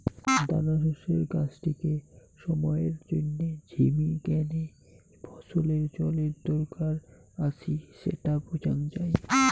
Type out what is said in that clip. দানাশস্যের গাছটিকে সময়ের জইন্যে ঝিমি গ্যানে ফছলের জলের দরকার আছি স্যাটা বুঝাং যাই